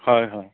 হয় হয়